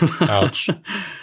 Ouch